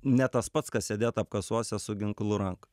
ne tas pats kas sėdėt apkasuose su ginklu rankoj